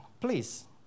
please